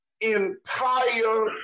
entire